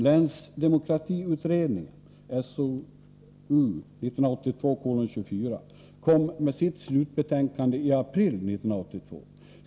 Länsdemokratiutredningen, SOU 1982:24, lade fram sitt slutbetänkande i april 1982.